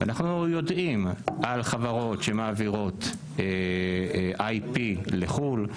אנחנו יודעים על חברות שמעבירות IP לחו"ל.